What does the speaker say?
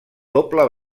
doble